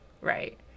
right